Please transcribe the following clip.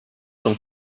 sont